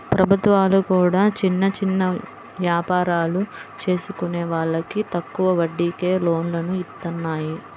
ప్రభుత్వాలు కూడా చిన్న చిన్న యాపారాలు చేసుకునే వాళ్లకి తక్కువ వడ్డీకే లోన్లను ఇత్తన్నాయి